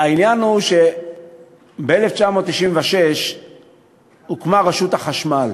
העניין הוא שב-1996 הוקמה רשות החשמל,